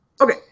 Okay